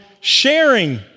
sharing